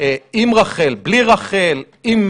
עם רח"ל, בלי רח"ל, עם